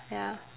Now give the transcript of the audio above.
ya